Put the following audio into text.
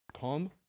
come